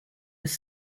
was